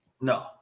no